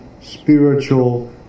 spiritual